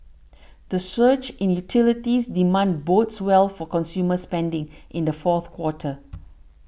the surge in utilities demand bodes well for consumer spending in the fourth quarter